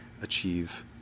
achieve